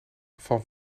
van